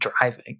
driving